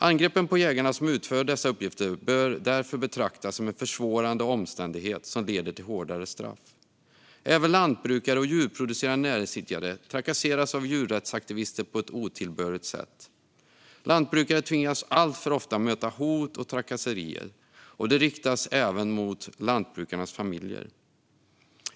Angreppen på jägarna som utför dessa uppgifter bör därför betraktas som en försvårande omständighet som leder till hårdare straff. Även lantbrukare och djurproducerande näringsidkare trakasseras av djurrättsaktivister på ett otillbörligt sätt. Lantbrukare tvingas alltför ofta möta hot och trakasserier, som även riktas mot lantbrukarnas familjer.